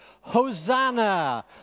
Hosanna